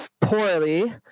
poorly